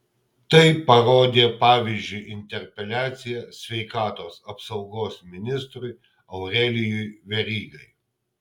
tai parodė pavyzdžiui interpeliacija sveikatos apsaugos ministrui aurelijui verygai